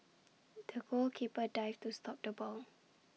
the goalkeeper dived to stop the ball